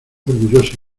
orgullosa